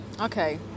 Okay